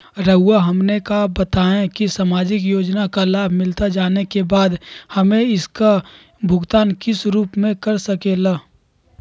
रहुआ हमने का बताएं की समाजिक योजना का लाभ मिलता जाने के बाद हमें इसका भुगतान किस रूप में कर सके ला?